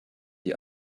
die